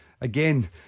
Again